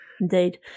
Indeed